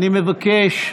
אני מבקש.